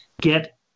get